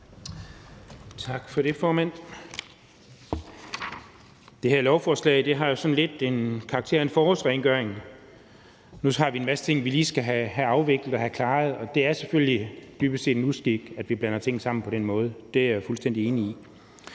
Tak for det, formand. Det her lovforslag har jo sådan lidt karakter af en forårsrengøring: Nu tager vi en masse ting, vi lige skal have afviklet og have klaret. Og det er selvfølgelig dybest set en uskik, at vi blander ting sammen på den måde – det er jeg fuldstændig enig i.